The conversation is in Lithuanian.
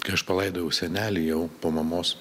kai aš palaidojau senelį jau po mamos